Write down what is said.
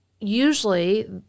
usually